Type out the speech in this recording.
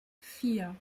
vier